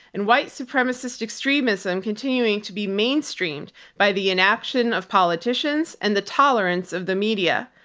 and white supremacist extremism continuing to be mainstreamed by the inaction of politicians and the tolerance of the media.